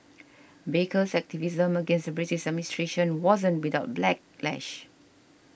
baker's activism against the British administration wasn't without backlash